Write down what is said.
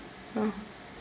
ah